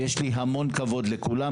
ויש לי המון כבוד לכולם,